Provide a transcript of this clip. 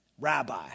Rabbi